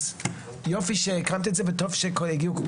אז יופי שאת מקיימת את זה וטוב שהגיעו כל